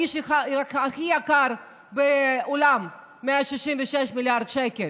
האיש הכי יקר בעולם: 166 מיליארד שקל.